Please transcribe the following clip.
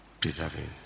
deserving